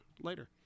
later